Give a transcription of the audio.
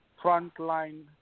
frontline